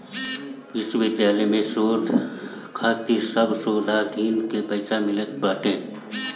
विश्वविद्यालय में शोध खातिर सब शोधार्थीन के पईसा मिलत बाटे